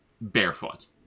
barefoot